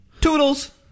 Toodles